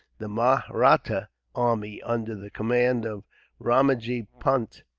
the mahratta army, under the command of ramajee punt,